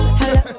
hello